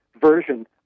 version